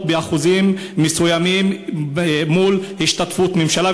באחוזים מסוימים מול השתתפות הממשלה,